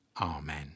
Amen